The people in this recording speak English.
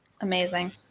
Amazing